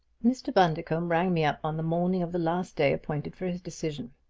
mr. bundercombe rang me up on the morning of the last day appointed for his decision.